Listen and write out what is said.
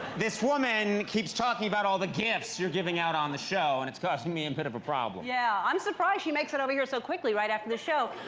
this woman keeps talking about all the gifts you're giving out on the show, and it's causing me a and bit of a problem. yeah, i'm surprised she makes it over here so quickly right after the show.